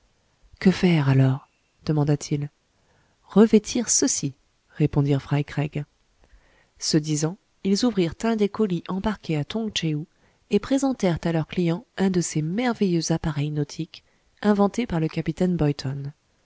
que faire alors demanda-t-il revêtir ceci répondirent fry craig ce disant ils ouvrirent un des colis embarqués à tong tchéou et présentèrent à leur client un de ces merveilleux appareils nautiques inventés par le capitaine boyton